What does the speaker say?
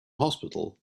hospital